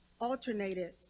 alternated